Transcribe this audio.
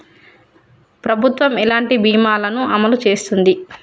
ప్రభుత్వం ఎలాంటి బీమా ల ను అమలు చేస్తుంది?